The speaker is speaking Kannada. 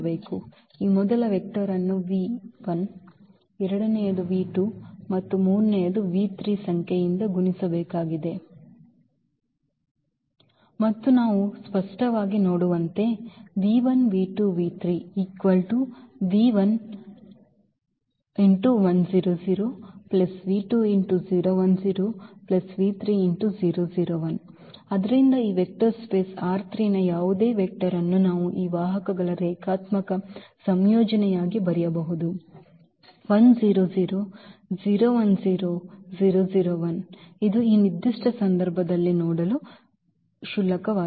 ನಾವು ಈ ಮೊದಲ ವೆಕ್ಟರ್ ಅನ್ನು ಎರಡನೆಯದು ಮತ್ತು ಮೂರನೆಯದು ಸಂಖ್ಯೆಯಿಂದ ಗುಣಿಸಬೇಕಾಗಿದೆ ಮತ್ತು ನಾವು ಸ್ಪಷ್ಟವಾಗಿ ನೋಡುವಂತೆ ಆದ್ದರಿಂದ ಈ ವೆಕ್ಟರ್ ಸ್ಪೇಸ್ ನ ಯಾವುದೇ ವೆಕ್ಟರ್ ಅನ್ನು ನಾವು ಈ ವಾಹಕಗಳ ರೇಖಾತ್ಮಕ ಸಂಯೋಜನೆಯಾಗಿ ಬರೆಯಬಹುದು ಇದು ಈ ನಿರ್ದಿಷ್ಟ ಸಂದರ್ಭದಲ್ಲಿ ನೋಡಲು ಕ್ಷುಲ್ಲಕವಾಗಿದೆ